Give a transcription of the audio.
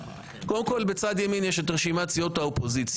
קודם כל, בצד ימין יש את רשימת סיעות האופוזיציה,